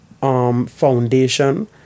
foundation